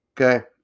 Okay